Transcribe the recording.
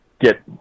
get